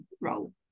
role